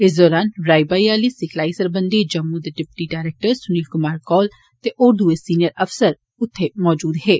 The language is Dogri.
इस दौरान राई बाई आली सिखलाई सरबंधी जम्मू दे डिप्टी डायरेक्टर सुनील कुमार कौल ते होर दुए सिनियर अफसर बी इस दौरान उत्थै मौजूद हे